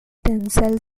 tensile